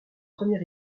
premier